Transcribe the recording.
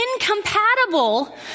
incompatible